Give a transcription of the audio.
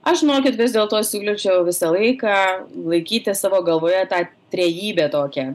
aš žinokit vis dėlto siūlyčiau visą laiką laikyti savo galvoje tą trejybę tokią